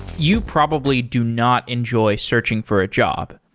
you probably do not enjoy searching for a job.